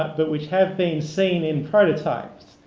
but which have been seen in prototypes.